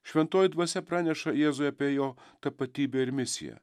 šventoji dvasia praneša jėzui apie jo tapatybę ir misiją